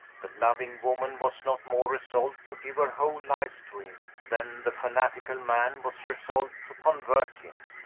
the loving woman was not more resolved to give her whole life to him, than the fanatical man was resolved to convert him.